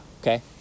Okay